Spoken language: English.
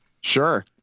sure